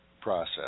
process